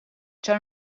چرا